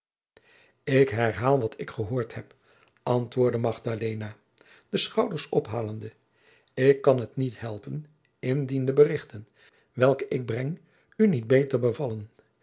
ik herhaal wat ik gehoord heb antwoordde magdalena de schouders ophalende ik kan het niet helpen indien de berichten welke ik breng u niet beter bevallen